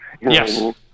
Yes